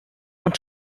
want